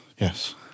Yes